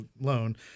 loan